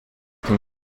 can